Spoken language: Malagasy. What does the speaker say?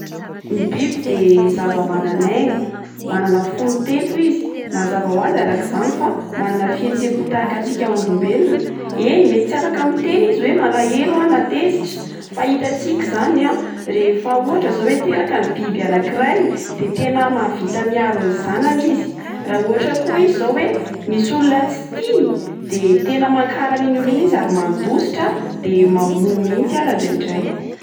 Ny biby de zava-manan'aina manana fo mitempo izy, mazava ho azy arak'izany fa manana fihetseham-po tahaka atsika olombelona. Eny mety tsy afaka miteny izy hoe malahelo aho na tezitra fa itanstika izany a rehefa ohatra zao oe teraka ny biby anak'iray de tena mavita miaro ny zanany izy, raha ohatra koa izy zao oe misy olona tsy tiany de tena makahala an'iny olona iny izy ary mandositra de mamono mihitsy ara indraindray.